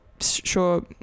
sure